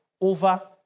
over